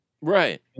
Right